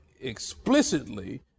explicitly